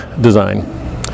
design